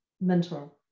mentor